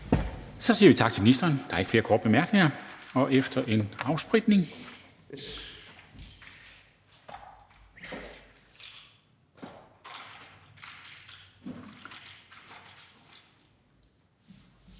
Så siger vi tak til ministeren. Der er ikke flere korte bemærkninger, og efter en afspritning